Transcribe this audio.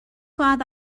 کند